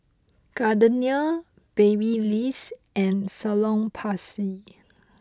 Gardenia Babyliss and Salonpas